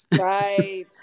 Right